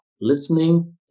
listening